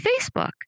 Facebook